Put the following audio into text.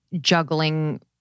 juggling